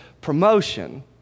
promotion